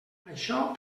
això